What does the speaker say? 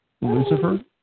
Lucifer